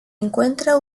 encuentra